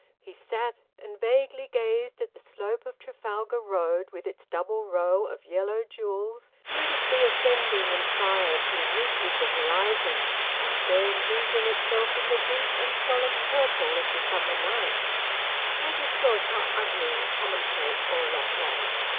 he sat and vaguely gazed at the slope of trafalgar road with its double row of yellow jewels, beautifully ascending in fire to the ridge of the horizon and there losing itself in the deep and solemn purple of the summer night and he thought how ugly and commonplace all that was,